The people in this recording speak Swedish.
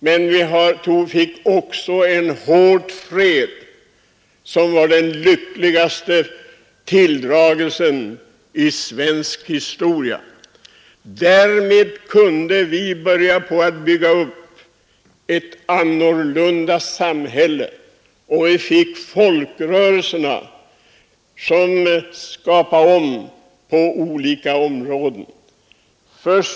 Men vi fick också en fred, den lyckligaste tilldragelsen i svensk historia. Därmed kunde vi börja bygga upp ett annorlunda samhälle. Vi fick folkrörelser som medförde förändringar på olika områden.